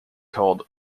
called